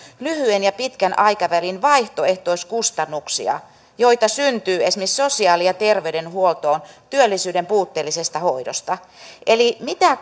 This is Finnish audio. lyhyen ja pitkän aikavälin vaihtoehtoiskustannuksia joita syntyy esimerkiksi sosiaali ja terveydenhuoltoon työllisyyden puutteellisesta hoidosta eli mitä